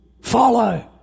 follow